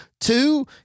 two